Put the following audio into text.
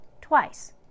Twice